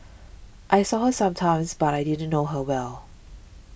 I saw her sometimes but I didn't know her well